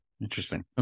Interesting